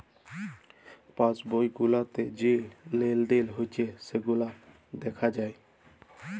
pass বই গুলাতে যা লেলদেল হচ্যে সেগুলা দ্যাখা যায়